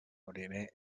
mariner